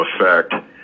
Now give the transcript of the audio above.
effect